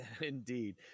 indeed